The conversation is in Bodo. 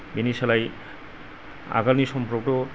बेनि सोलायै आगोलनि समफ्रावथ'